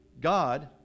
God